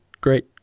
great